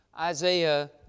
Isaiah